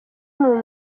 muri